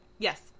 Yes